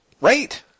right